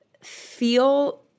feel